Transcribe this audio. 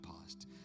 past